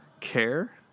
care